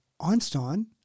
Einstein